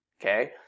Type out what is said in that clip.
okay